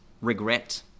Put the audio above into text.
regret